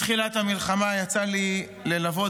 מתחילת המלחמה יצא לי ללוות,